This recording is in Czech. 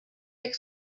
jak